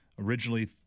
originally